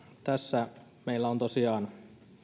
tässä meillä on tosiaan